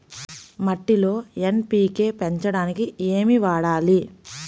మట్టిలో ఎన్.పీ.కే పెంచడానికి ఏమి వాడాలి?